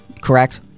correct